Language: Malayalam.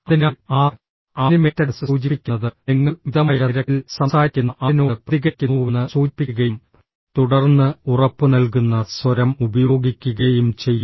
അതിനാൽ ആ ആനിമേറ്റഡ്നെസ് സൂചിപ്പിക്കുന്നത് നിങ്ങൾ മിതമായ നിരക്കിൽ സംസാരിക്കുന്ന ആളിനോട് പ്രതികരിക്കുന്നുവെന്ന് സൂചിപ്പിക്കുകയും തുടർന്ന് ഉറപ്പുനൽകുന്ന സ്വരം ഉപയോഗിക്കുകയും ചെയ്യും